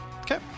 Okay